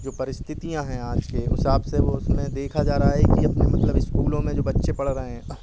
जो परिस्थितियाँ हैं आज है उस हिसाब से वह उसमें देखा जा रहा है कि अपने मतलब स्कूलों में जो बच्चे पढ़ रहे हैं